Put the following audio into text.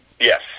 Yes